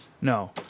No